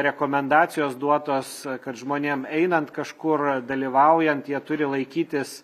rekomendacijos duotos kad žmonėm einant kažkur dalyvaujant jie turi laikytis